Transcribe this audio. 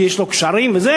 כי יש לו קשרים וזה,